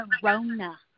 corona